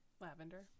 Lavender